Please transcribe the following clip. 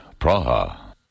Praha